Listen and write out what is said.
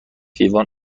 لیوان